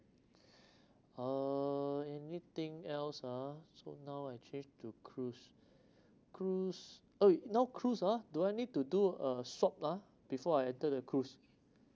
uh anything else ah so now I change to cruise cruise !oi! now cruise ah do I need to do uh shop ah before I enter the cruise